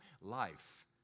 life